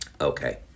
Okay